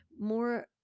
More